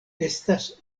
estas